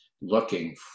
looking